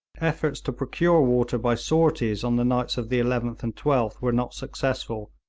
efforts to procure water by sorties on the nights of the eleventh and twelfth were not successful,